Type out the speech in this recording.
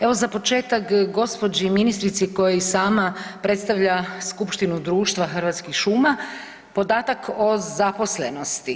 Evo za početak gospođi ministrici koja i sama predstavlja Skupštinu društva Hrvatskih šuma podatak o zaposlenosti.